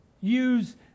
use